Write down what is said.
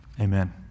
Amen